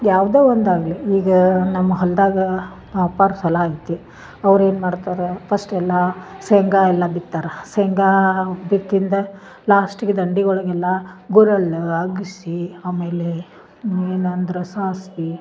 ಯಾವುದೋ ಒಂದಾಗಲಿ ಈಗ ನಮ್ಮ ಹೊಲ್ದಾಗ ನಮ್ಮ ಅಪ್ಪರ ಹೊಲ ಐತಿ ಅವರು ಏನ್ಮಾಡ್ತರಾ ಫಸ್ಟ್ ಎಲ್ಲಾ ಶೇಂಗ ಎಲ್ಲ ಬಿತ್ತಾರ ಶೇಂಗಾ ಬಿತ್ತಿಂದ ಲಾಸ್ಟಿಗೆ ದಂಡಿ ಒಳಗೆಲ್ಲ ಗುರಲ್ಲು ಅಗ್ಸಿ ಆಮೇಲೆ ಏನಂದ್ರ ಸಾಸ್ವಿ